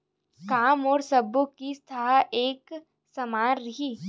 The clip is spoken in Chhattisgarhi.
का मोर सबो किस्त ह एक समान रहि?